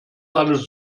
alles